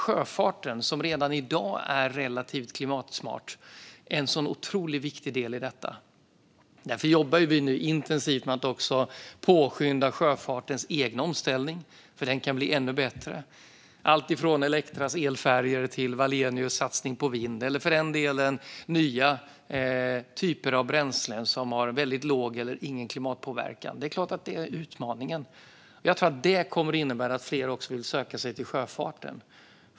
Sjöfarten, som redan i dag är relativt klimatsmart, är en otroligt viktig del i detta. Därför jobbar vi nu intensivt med att påskynda sjöfartens egna omställning, för den kan bli ännu bättre. Det gäller allt från Elektras elfärjor till Wallenius satsning på vind eller för den delen nya typer av bränslen som har väldigt låg eller ingen klimatpåverkan. Det är klart att det är utmaningen. Jag tror att det kommer att innebära att fler vill söka sig till sjöfarten.